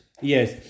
Yes